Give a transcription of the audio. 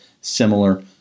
similar